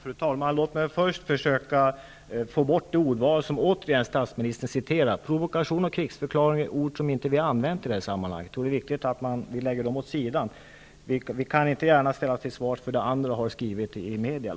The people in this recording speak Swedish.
Fru talman! Låt mig först försöka att ur debatten få bort det ordval som statsministern nu igen citerade: Provokation och krigsförklaring är ord som vi inte har använt i det här sammanhanget. Jag tror att det är viktigt att statsministern lägger dem åt sidan. Vi kan inte gärna ställas till svars för det andra har skrivit i media.